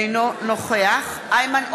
אינו נוכח איימן עודה,